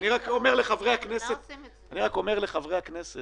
שומע שלא קיבלו במשך שלושה